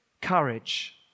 courage